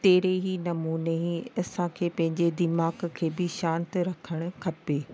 तहिड़े ई नमूने असांखे पंहिंजे दिमाग़ खे बि शांत रखणु खपे